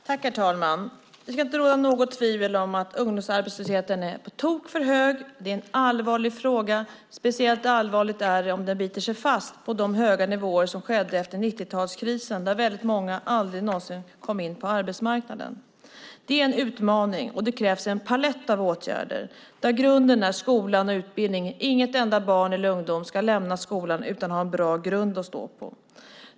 Herr talman! Det ska inte råda något tvivel om annat än att ungdomsarbetslösheten är på tok för hög. Det är en allvarlig fråga. Speciellt allvarligt är det om ungdomsarbetslösheten biter sig fast på samma höga nivåer som efter 1990-talskrisen då väldigt många aldrig kom in på arbetsmarknaden. Detta är en utmaning. Det krävs en palett av åtgärder. Grunden är skola och utbildning. Inget barn och ingen ungdom ska lämna skolan utan att ha en bra grund att stå på.